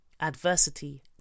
Adversity